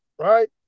right